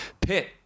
Pitt